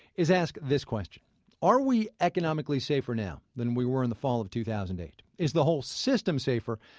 is ask this question are we economically safer now than we were in the fall of two thousand and eight? is the whole system safer?